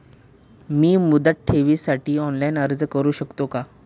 मी मुदत ठेवीसाठी ऑनलाइन अर्ज करू शकतो का?